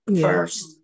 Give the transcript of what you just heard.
first